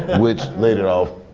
which later off,